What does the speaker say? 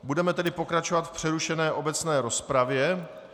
Budeme tedy pokračovat v přerušené obecné rozpravě.